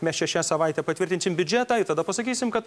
mes čia šią savaitę patvirtinsime biudžetą ir tada pasakysime kad